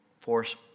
Force